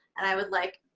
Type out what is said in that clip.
and i would like,